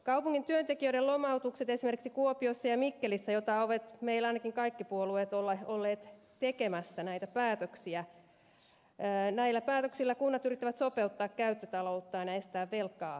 kaupungin työntekijöiden lomautuksilla esimerkiksi kuopiossa ja mikkelissä joita päätöksiä ovat meillä ainakin kaikki puolueet olleet tekemässä näitä päätöksiä ei näillä päätöksillä kunnat yrittävät sopeuttaa käyttötalouttaan ja estää velkaa kasvamasta